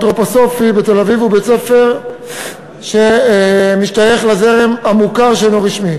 האנתרופוסופי בתל-אביב הוא בית-ספר שמשתייך לזרם המוכר שאינו רשמי.